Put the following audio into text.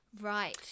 Right